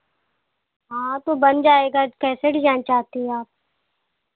हाँ तो बन जाएगा कैसे डिजाइन चाहती हैं आप